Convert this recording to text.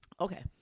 Okay